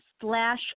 slash